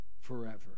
forever